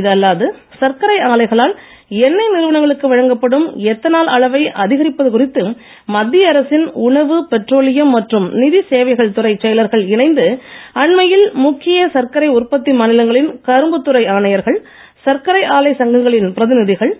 இதுஅல்லாது சர்க்கரை ஆலைகளால் எண்ணெய் நிறுவனங்களுக்கு வழங்கப்படும் எத்தனால் அளவை அதிகரிப்பது குறித்து மத்திய அரசின் உணவு பெட்ரோலியம் மற்றும் நிதி சேவைகள் துறைச் செயலர்கள் இணைந்து அண்மையில் முக்கிய சர்க்கரை உற்பத்தி மாநிலங்களின் கரும்பு துறை ஆணையர்கள் சர்க்கரை ஆலை சங்கங்களின் பிரதிநிதிகள்